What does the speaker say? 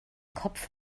kopf